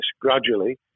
gradually